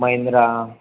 Mahindra